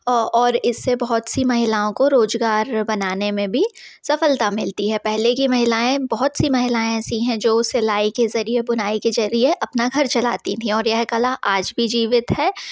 और इससे बहुत सी महिलाओं को रोजगार बनाने में भी सफलता मिलती है पहले की महिलाएँ बहुत सी महिलाएँ ऐसी हैं जो सिलाई के जरिए बुनाई के जरिए अपना घर चलाती थी और यह कला आज भी जीवित है